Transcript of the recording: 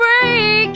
break